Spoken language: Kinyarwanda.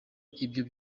ibyo